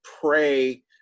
pray